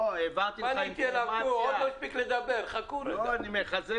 כמעט אותו מצב אבל יצא